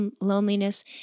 loneliness